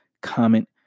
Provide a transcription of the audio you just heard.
comment